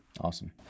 Awesome